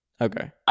Okay